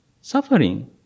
Suffering